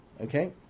Okay